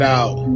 out